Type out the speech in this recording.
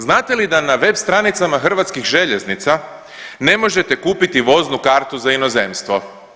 Znate li da na web stranicama Hrvatskih željeznica ne možete kupiti voznu kartu za inozemstvo?